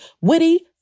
witty